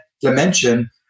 dimension